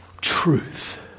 truth